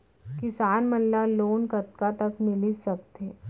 किसान मन ला लोन कतका तक मिलिस सकथे?